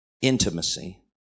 intimacy